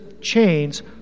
chains